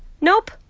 Nope